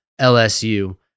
LSU